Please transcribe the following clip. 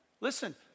Listen